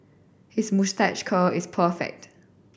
his moustache curl is perfect